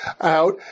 out